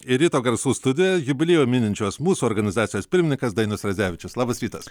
ir ryto garsų studijoje jubiliejų mininčios mūsų organizacijos pirmininkas dainius radzevičius labas rytas